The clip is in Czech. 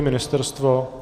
Ministerstvo?